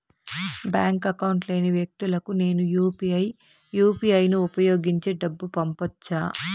Bank account లేని వ్యక్తులకు నేను యు పి ఐ యు.పి.ఐ ను ఉపయోగించి డబ్బు పంపొచ్చా?